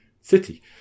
city